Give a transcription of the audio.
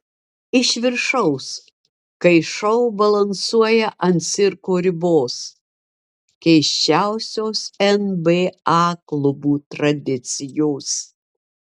iš viršaus kai šou balansuoja ant cirko ribos keisčiausios nba klubų tradicijos